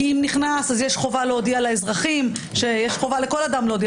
כי אם נכנס יש חובה להודיע לאזרחים יש חובה לכל אדם להודיע